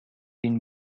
une